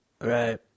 Right